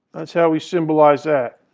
that's how we symbolize that.